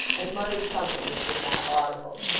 and muttered something which was not audible.